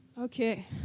Okay